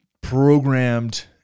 programmed